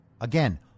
Again